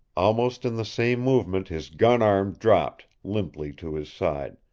almost in the same movement his gun-arm dropped limply to his side.